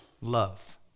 Love